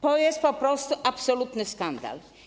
To jest po prostu absolutny skandal.